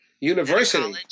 University